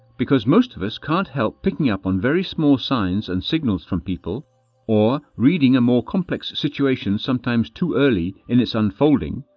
because most of us can't help picking up on very small signs and signals from people or reading a more complex situation sometimes too early in its unfolding,